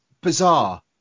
bizarre